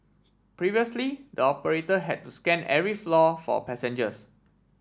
previously the operator had to scan every floor for passengers